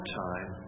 time